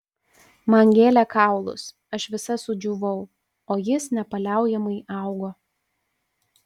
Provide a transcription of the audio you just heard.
man gėlė kaulus aš visa sudžiūvau o jis nepaliaujamai augo